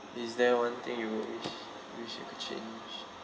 is there one thing you would wish wish you could change